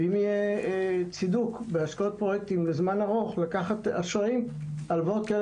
אם יהיה צידוק להשקעות לזמן ארוך ננצל את אופציית לקיחת ההלוואות.